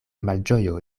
malĝojo